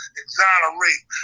exonerate